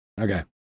Okay